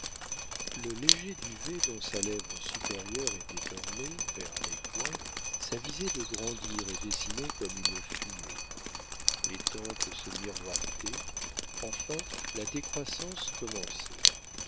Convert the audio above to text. le léger duvet dont sa lèvre supérieure était ornée vers les coins s'avisait de grandir et dessinait comme une fumée les tempes se miroitaient enfin la décroissance commençait